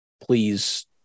please